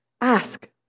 Ask